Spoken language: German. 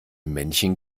männchen